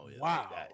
wow